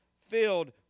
filled